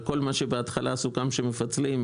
על כל מה שבהתחלה סוכם שמפצלים,